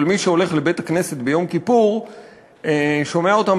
אבל מי שהולך לבית-הכנסת ביום כיפור שומע אותם,